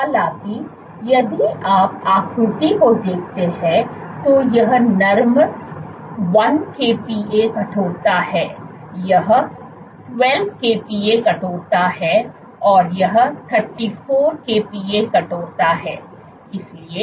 हालाँकि यदि आप आकृति को देखते हैं तो यह नरम 1 kPa कठोरता है यह 12 kPa कठोरता है और यह 34 kPa कठोरता है